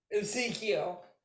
Ezekiel